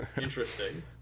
interesting